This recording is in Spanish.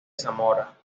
zamora